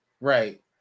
Right